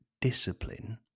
discipline